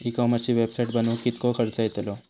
E कॉमर्सची website बनवक किततो खर्च येतलो?